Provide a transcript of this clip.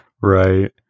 right